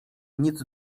nic